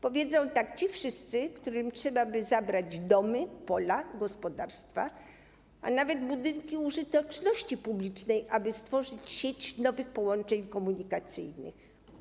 Powiedzą tak ci wszyscy, którym trzeba by zabrać domy, pola, gospodarstwa, a nawet budynki użyteczności publicznej, aby stworzyć sieć nowych połączeń komunikacyjnych.